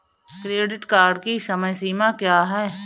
Credit card की समय सीमा क्या है?